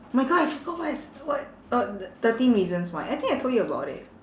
my god I forgot what is what uh thirteen reasons why I think I told you about it